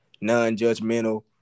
non-judgmental